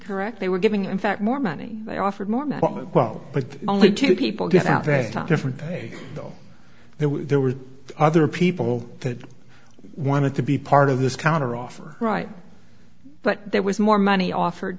correct they were giving in fact more money they offered more well but only two people get out that a different day though there were there were other people that wanted to be part of this counteroffer right but there was more money offered